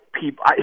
people